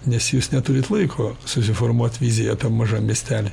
nes jūs neturit laiko susiformuot viziją tam mažam miestely